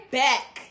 back